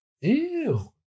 Ew